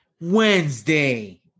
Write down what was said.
Wednesday